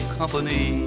company